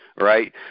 right